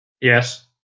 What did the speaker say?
Yes